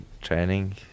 training